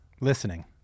Listening